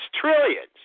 trillions